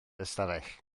ystafell